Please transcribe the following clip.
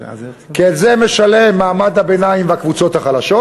כן, את זה משלמים מעמד הביניים והקבוצות החלשות.